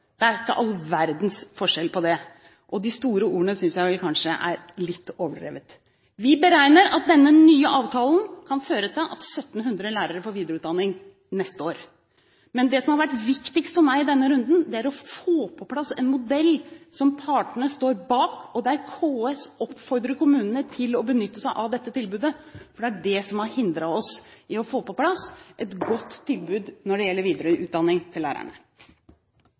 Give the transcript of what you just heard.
Det er ikke all verdens forskjell på det, og de store ordene synes jeg vel kanskje er litt overdrevne. Vi beregner at denne nye avtalen kan føre til at 1 700 lærere får videreutdanning neste år. Men det som har vært viktigst for meg i denne runden, er å få på plass en modell som partene står bak, og der KS oppfordrer kommunene til å benytte seg av dette tilbudet, for det er det som har hindret oss i å få på plass et godt tilbud når det gjelder videreutdanning til lærerne.